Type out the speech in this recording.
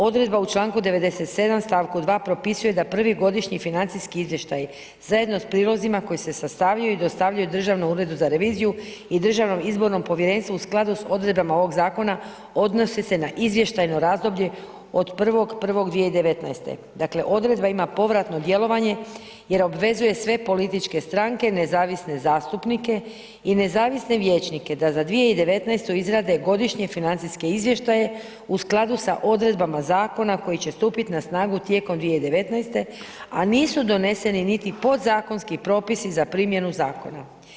Odredba u članku 97. stavku 2. propisuje da prvi godišnji financijski izvještaj zajedno sa prilozima koji se sastavljaju i dostavljaju Državnom uredu za reviziju i Državnom izbornom povjerenstvu u skladu s odredbama ovog zakona odnose se na izvještajno razdoblje od 1.1.2019., dakle odredba ima povratno djelovanje jer obvezuje sve političke stranke, nezavisne zastupnike i nezavisne vijećnike da za 2019. izrade godišnje financijske izvještaje u skladu s odredbama zakona koji će stupiti na snagu tijekom 2019., a nisu doneseni niti podzakonski propisi za primjenu zakona.